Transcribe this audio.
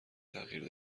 تغییر